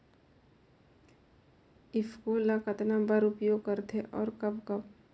ईफको ल कतना बर उपयोग करथे और कब कब?